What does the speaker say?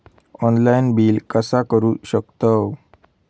Online bill कसा करु शकतव?